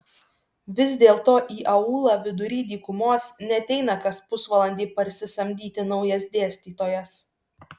vis dėlto į aūlą vidury dykumos neateina kas pusvalandį parsisamdyti naujas dėstytojas